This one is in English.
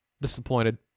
disappointed